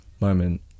moment